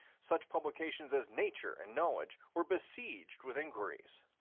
such publications as nature and knowledge were besieged with inquiries.